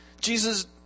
Jesus